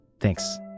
Thanks